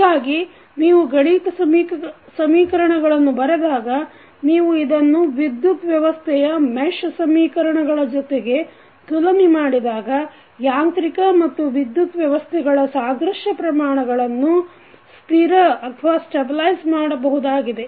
ಹೀಗಾಗಿ ನೀವು ಗಣಿತ ಸಮೀಕರಣಗಳನ್ನು ಬರೆದಾಗ ನೀವು ಇದನ್ನು ವಿದ್ಯುತ್ ವ್ಯವಸ್ಥೆಯ ಮೇಶ್ ಸಮೀಕರಣಗಳ ಜೊತೆಗೆ ತುಲನೆ ಮಾಡಿದಾಗ ಯಾಂತ್ರಿಕ ಮತ್ತು ವಿದ್ಯುತ್ ವ್ಯವಸ್ಥೆಗಳ ಸಾದೃಶ್ಯ ಪ್ರಮಾಣಗಳನ್ನು ಸ್ಥಿರ ಮಾಡಬಹುದಾಗಿದೆ